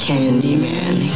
Candyman